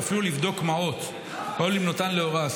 ואפילו לבדוק מעות או למנותן לאורה,